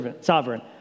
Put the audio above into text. sovereign